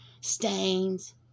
stains